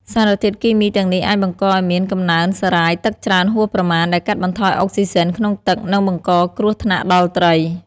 សារធាតុគីមីទាំងនេះអាចបង្កឱ្យមានកំណើនសារ៉ាយទឹកច្រើនហួសប្រមាណ ដែលកាត់បន្ថយអុកស៊ីហ្សែនក្នុងទឹក និងបង្កគ្រោះថ្នាក់ដល់ត្រី។